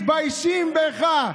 הם מתביישים בך,